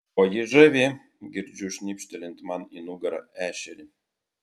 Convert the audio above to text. o ji žavi girdžiu šnipštelint man į nugarą ešerį